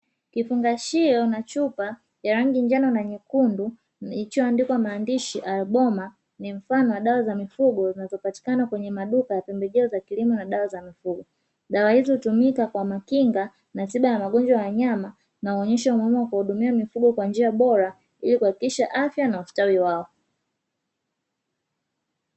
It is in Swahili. Kifungashio na chupa ya langu njano na nyekundu kilicho andikwa maandishi ''alaboma'' ni mfano wa dawa za mifugo zinazopatikana kwenye maduka ya pembejeo za kilimo na dawa za mifugo, dawa hizi hutumika kama kinga na tiba ya magonjwa kwa wanyama na huonyesha umuhimu wa kuhudumia mifugo kwa njia bora ili kuhakikisha afya na ustawi wao.